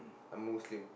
I'm Muslim